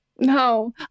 No